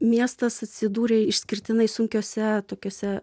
miestas atsidūrė išskirtinai sunkiose tokiose